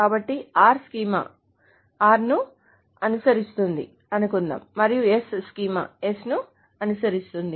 కాబట్టి r schema R ను అనుసరిస్తుందని అనుకుందాం మరియు s స్కీమా S ను అనుసరిస్తుంది